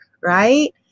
right